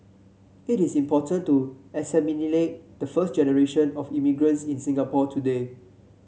it is important to assimilate the first generation of immigrants in Singapore today